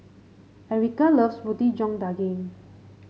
Erykah loves Roti John Daging